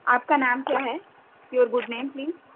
آپ کا نام کیا ہے یُور گُڈ نیم پلیز